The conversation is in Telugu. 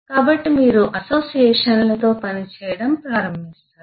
కాబట్టి మీరు అసోసియేషన్లతో పనిచేయడం ప్రారంభిస్తారు